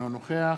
אינו נוכח